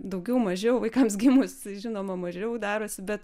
daugiau mažiau vaikams gimus žinoma mažiau darosi bet